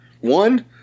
One